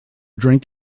drink